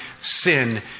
sin